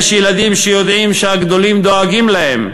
יש ילדים שיודעים שהגדולים דואגים להם,